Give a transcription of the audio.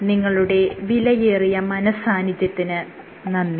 നിങ്ങളുടെ വിലയേറിയ മനഃസാന്നിധ്യത്തിന് നന്ദി